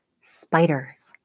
spiders